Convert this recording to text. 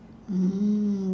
mm